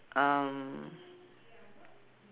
um